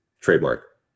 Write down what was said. Trademark